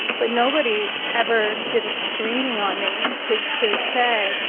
but nobody ever did a screening on me to to say,